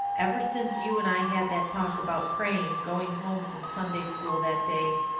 ever since you and i had that talk about praying going home from sunday school that day,